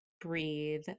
breathe